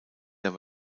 der